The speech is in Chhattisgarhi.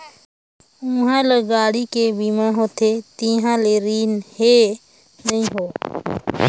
उहां ल गाड़ी के बीमा होथे तिहां ले रिन हें नई हों